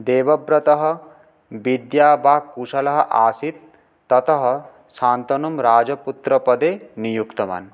देवव्रतः विद्या वा कुशलः आसीत् ततः शान्तनुं राजपुत्रपदे नियुक्तवान्